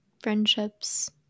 friendships